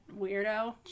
weirdo